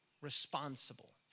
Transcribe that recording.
responsible